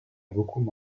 beaucoup